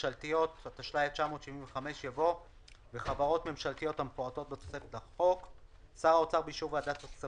2. אני רוצה להתחיל, אדוני היושב-ראש.